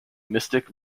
mystic